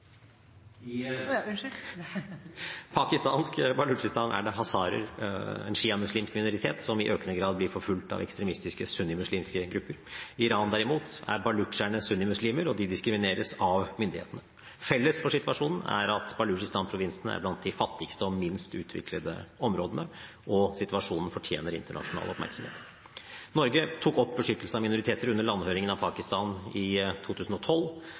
pakistansk Balutsjistan er det hazaraer, en sjiamuslimsk minoritet, som i økende grad blir forfulgt av ekstremistiske sunnimuslimske grupper. I Iran, derimot, er balutsjerne sunnimuslimer, og de diskrimineres av myndighetene. Felles for situasjonen er at Balutsjistan-provinsene er blant de fattigste og minst utviklede områdene. Situasjonen fortjener internasjonal oppmerksomhet. Norge tok opp beskyttelse av minoriteter under landhøringen av Pakistan i 2012.